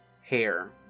hair